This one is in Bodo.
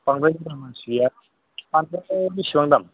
बांद्राय बुरजा मानसि गैया बानलुआलाय बिसिबां दाम